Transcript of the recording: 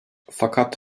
fakat